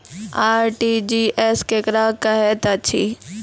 RTGS केकरा कहैत अछि?